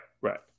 right